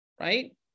Right